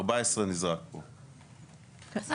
נזרק פה 14. בסדר,